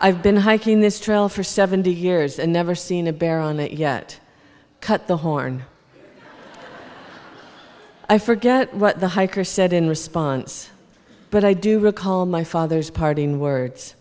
i've been hiking this trail for seventy years and never seen a bear on it yet cut the horn i forget what the hiker said in response but i do recall my father's parting words